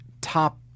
top